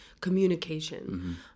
communication